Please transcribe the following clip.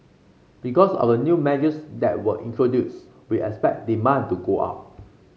because of the new measures that were introduced we expect demand to go up